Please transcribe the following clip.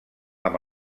amb